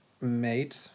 made